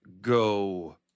go